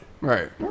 Right